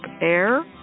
air